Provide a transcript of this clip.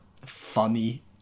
funny